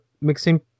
mixing